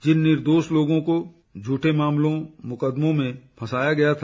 जिन निर्दोष लोगों को झूठे मामलों मुकदमों में फसाया गया था